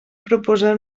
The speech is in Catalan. proposar